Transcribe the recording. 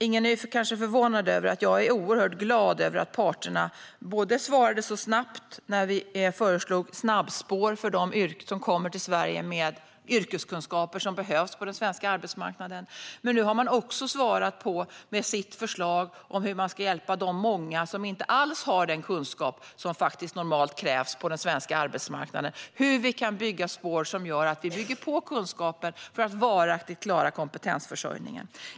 Ingen är kanske förvånad över att jag är oerhört glad över att parterna svarade så snabbt när vi föreslog snabbspår för dem som kommer till Sverige med yrkeskunskaper som behövs på den svenska arbetsmarknaden. Nu har man också svarat med sitt förslag om hur man ska hjälpa de många som inte alls har den kunskap som normalt krävs på den svenska arbetsmarknaden och hur vi kan bygga spår som gör att vi bygger på kunskapen för att varaktigt klara kompetensförsörjningen.